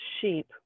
sheep